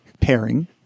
pairing